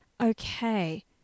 Okay